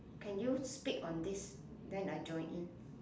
can you speak on this then I join in